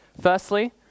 Firstly